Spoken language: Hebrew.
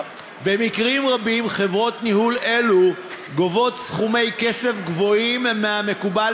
במקרים רבים חברות ניהול אלו גובות סכומי כסף גבוהים מהמקובל